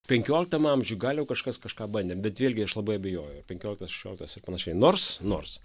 penkioliktam amžiuj gal jau kažkas kažką bandė bet vėlgi aš labai abejoju penkioliktas šešioliktas ir panašiai nors nors